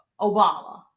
Obama